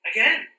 Again